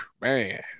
man